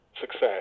success